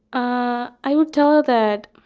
ah i would tell that